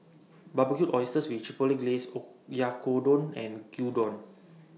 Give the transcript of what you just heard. Barbecued Oysters with Chipotle Glaze Oyakodon and Gyudon